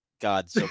God